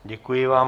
Děkuji vám.